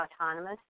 autonomous